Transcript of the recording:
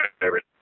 favorite